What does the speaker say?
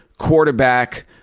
quarterback